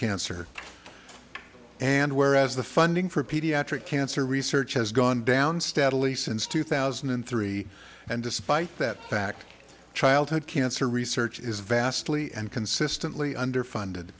cancer and whereas the funding for pediatric cancer research has gone down steadily since two thousand and three and despite that fact childhood cancer research is vastly and consistently underfunded